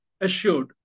assured